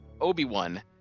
Obi-Wan